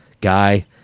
guy